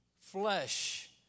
flesh